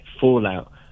fallout